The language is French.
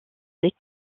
lait